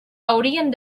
haurien